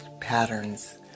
patterns